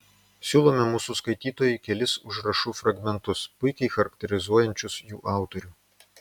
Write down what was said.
siūlome mūsų skaitytojui kelis užrašų fragmentus puikiai charakterizuojančius jų autorių